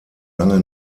lange